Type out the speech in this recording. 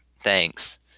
Thanks